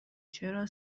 چرا